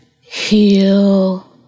heal